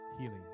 healing